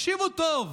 תקשיבו טוב,